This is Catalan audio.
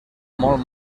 molt